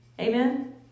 Amen